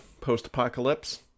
post-apocalypse